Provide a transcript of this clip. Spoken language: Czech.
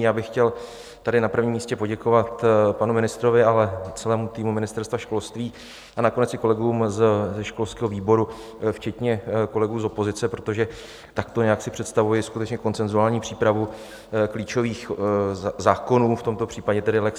Já bych chtěl tady na prvním místě poděkovat panu ministrovi, ale i celému týmu Ministerstva školství a nakonec i kolegům ze školského výboru včetně kolegů z opozice, protože takto nějak si představuji skutečně konsenzuální přípravu klíčových zákonů, v tomto případě tedy lex Ukrajina školství.